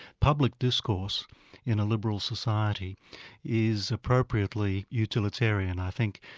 public discourse in a liberal society is appropriately utilitarian i think,